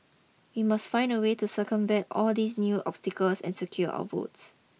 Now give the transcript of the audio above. we must find a way to circumvent all these new obstacles and secure our votes